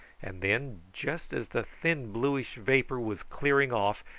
and then, just as the thin bluish vapour was clearing off,